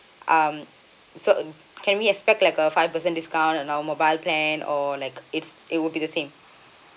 um so can we expect like a five percent discount on our mobile plan or like it's it would be the same